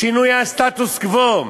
שינויי הסטטוס-קוו,